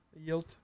yield